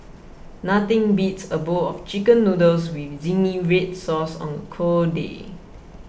nothing beats a bowl of Chicken Noodles with Zingy Red Sauce on a cold day